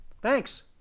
thanks